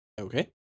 Okay